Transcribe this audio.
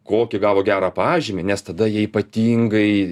kokį gavo gerą pažymį nes tada jie ypatingai